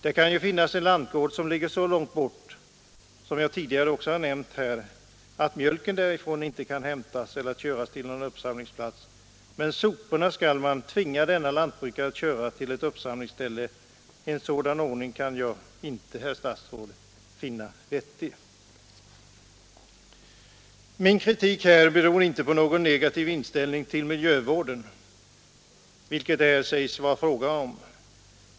Det kan ju finnas en lantgård som ligger så långt bort — som jag tidigare har nämnt att mjölken därifrån inte kan hämtas eller köras till någon uppsamlingsplats, men soporna skall man tvinga lantbrukaren att köra till ett uppsamlingsställe. En så vettig. an ordning kan jag inte, herr statsråd, finna Min kritik beror inte på någon negativ inställning till miljövården, vilken det här sägs vara fråga om.